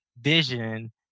vision